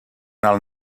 alt